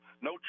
No